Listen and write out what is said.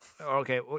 Okay